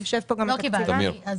לא קיבלתי.